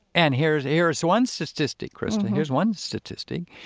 and here's here's one statistic, krista. here's one statistic.